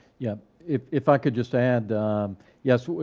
yup, if if i could just add yes,